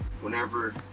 whenever